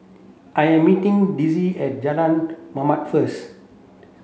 I am meeting Desirae at Jalan Mamam first